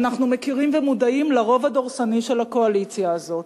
אנחנו מכירים ומודעים לרוב הדורסני של הקואליציה הזאת.